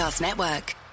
network